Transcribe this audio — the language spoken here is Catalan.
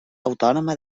autònoma